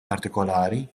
partikolari